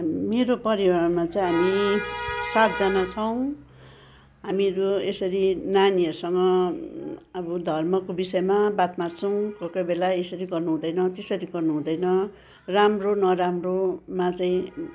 मेरो परिवारमा चाहिँ हामी सातजना छौँ हामीहरू यसरी नानीहरूसँग अब धर्मको विषयमा बात मार्छौँ कोही कोही बेला यसरी गर्नु हुँदैन त्यसरी गर्नु हुँदैन राम्रो नराम्रोमा चाहिँ